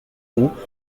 haut